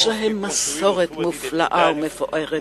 יש להם מסורת מופלאה ומפוארת,